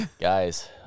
Guys